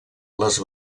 les